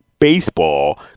baseball